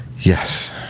Yes